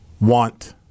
want